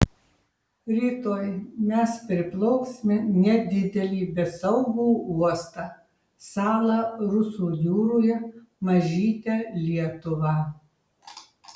rytoj mes priplauksime nedidelį bet saugų uostą salą rusų jūroje mažytę lietuvą